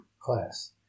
Class